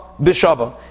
bishava